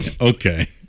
Okay